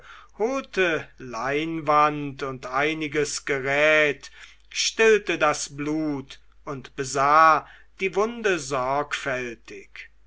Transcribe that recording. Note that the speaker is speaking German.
holte leinwand und einiges gerät stillte das blut und besah die wunde sorgfältig